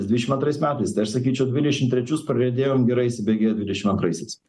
dvidešimt antrais metais tai aš sakyčiau dvidešimt trečius prariedėjom gerai įsibėgėję dvidešim antraisiais